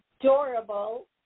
adorable